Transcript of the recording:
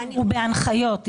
ובהנחיות.